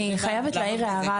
לגבי זה אני חייבת להעיר הערה.